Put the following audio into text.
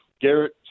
Garrett